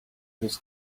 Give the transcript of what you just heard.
this